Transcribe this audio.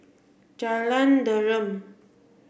Jalan Derum